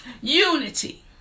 Unity